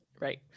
Right